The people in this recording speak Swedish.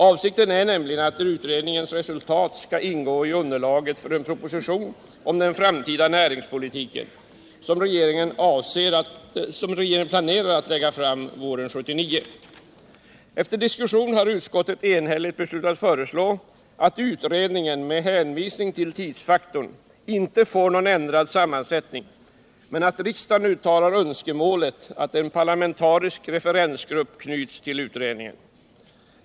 Avsikten är nämligen att utredningens resultat skall ingå i underlaget för en proposition om den framtida näringspolitiken, som regeringen planerar att lägga fram våren 1979. Efter diskussion har utskottet enhälligt beslutat föreslå att utredningen, med hänvisning till tidsfaktorn, inte får någon ändrad sammansättning men att riksdagen uttalar önskemålet att en parlamentarisk referensgrupp knyts till utredningen.